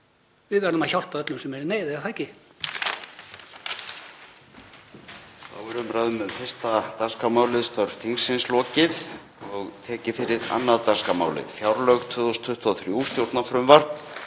Við verðum að hjálpa öllum sem eru í neyð, eða er það ekki?